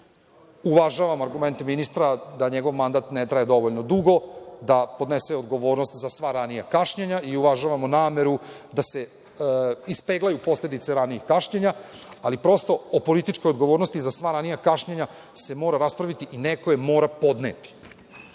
argumente ministra da njegov mandat ne traje dovoljno dugo da podnese odgovornost za sva ranija kašnjenja i uvažavamo nameru da se ispeglaju posledice ranijih kašnjenja, ali prosto o političkoj odgovornosti za sva ranija kašnjenja se mora raspraviti i neko je mora podneti. Pripreme